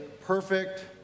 perfect